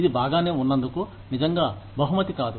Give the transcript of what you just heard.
ఇది బాగానే ఉన్నందుకు నిజంగా బహుమతి కాదు